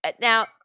now